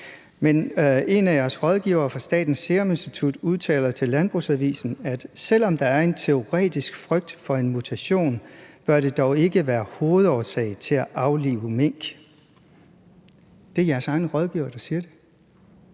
Men en af jeres rådgivere fra Statens Serum Institut udtaler til LandbrugsAvisen, at selv om der er en teoretisk frygt for en mutation, bør det dog ikke være hovedårsag til at aflive mink. Det er jeres egen rådgiver, der siger det.